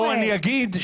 או אני אגיד,